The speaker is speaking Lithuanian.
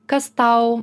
kas tau